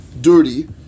dirty